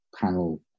panel